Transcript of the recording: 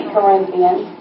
Corinthians